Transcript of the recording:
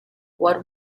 what